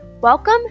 Welcome